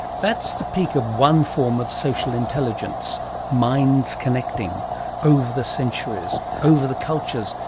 that's the peak of one form of social intelligence minds connecting over the centuries, over the cultures,